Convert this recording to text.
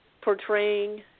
portraying